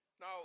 Now